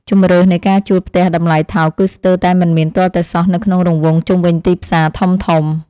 ជម្រើសនៃការជួលផ្ទះតម្លៃថោកគឺស្ទើរតែមិនមានទាល់តែសោះនៅក្នុងរង្វង់ជុំវិញទីផ្សារធំៗ។